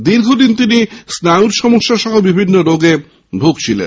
দীর্ঘদিন তিনি স্নায়ুর সমস্যা সহ বিভিন্ন রোগে ভুগছিলেন